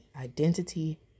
Identity